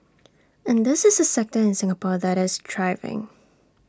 and this is A sector in Singapore that is thriving